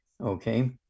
okay